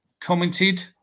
commented